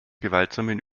gewaltsamen